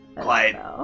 Quiet